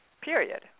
Period